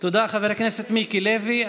תודה, חבר הכנסת מיקי לוי.